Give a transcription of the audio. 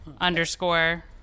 underscore